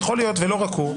ולא רק הוא.